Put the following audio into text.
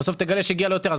בסוף תגלה שהגיע לו יותר,